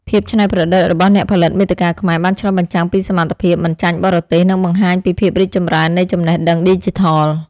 ភាពច្នៃប្រឌិតរបស់អ្នកផលិតមាតិកាខ្មែរបានឆ្លុះបញ្ចាំងពីសមត្ថភាពមិនចាញ់បរទេស និងបង្ហាញពីភាពរីកចម្រើននៃចំណេះដឹងឌីជីថល។